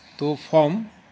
तो फॉम